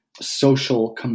social